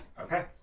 Okay